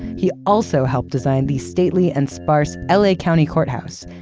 he also helped design the stately and sparse ah la county courthouse,